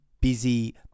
busy